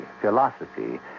philosophy